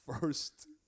first